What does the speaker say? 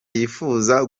yifuza